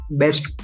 best